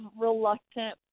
reluctant